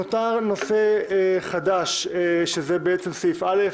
נותר נושא חדש, שזה בעצם סעיף א'.